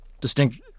distinct